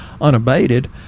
unabated